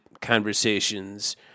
conversations